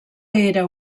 era